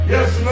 Yes